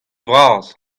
vras